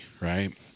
right